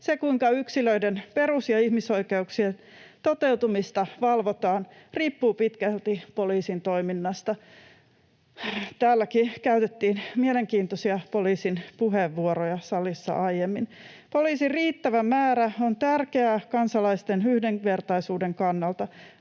Se, kuinka yksilöiden perus- ja ihmisoikeuksien toteutumista valvotaan, riippuu pitkälti poliisin toiminnasta. Täälläkin käytettiin mielenkiintoisia poliisin puheenvuoroja salissa aiemmin. Poliisin riittävä määrä on tärkeää kansalaisten yhdenvertaisuuden kannalta.